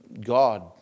God